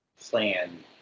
plan